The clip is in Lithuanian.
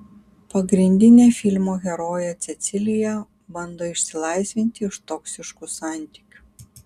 pagrindinė filmo herojė cecilija bando išsilaisvinti iš toksiškų santykių